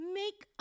make